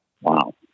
Wow